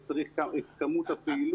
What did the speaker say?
כמות הפעילות.